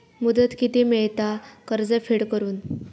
मुदत किती मेळता कर्ज फेड करून?